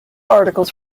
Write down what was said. articles